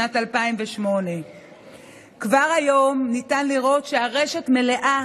שנת 2008. כבר היום ניתן לראות שהרשת מלאה